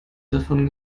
davon